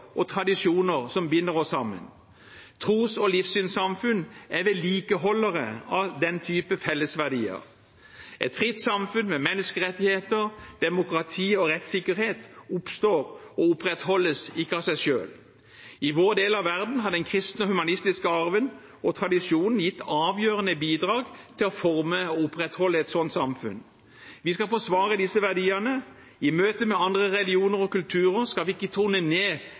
og tradisjoner som binder oss sammen. Tros- og livssynssamfunn er vedlikeholdere av den typen fellesverdier. Et fritt samfunn med menneskerettigheter, demokrati og rettssikkerhet oppstår og opprettholdes ikke av seg selv. I vår del av verden har den kristne og humanistiske arven og tradisjonen gitt avgjørende bidrag til å forme og opprettholde et sånt samfunn. Vi skal forsvare disse verdiene. I møte med andre religioner og kulturer skal vi ikke tone ned